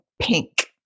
Pink